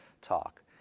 talk